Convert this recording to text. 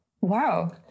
Wow